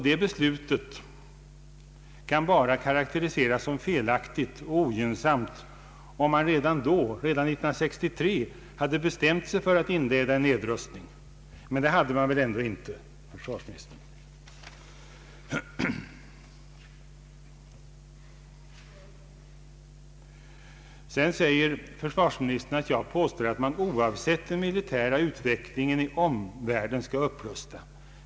Det beslutet kan bara karakteriseras som felaktigt och ogynnsamt om man redan 1963 hade bestämt sig för att inleda en nedrustning, men det hade man väl inte, försvarsministern? Sedan säger försvarsministern att jag påstår att man, oavsett den militära utvecklingen i omvärlden, skall upprusta.